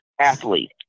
athlete